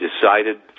decided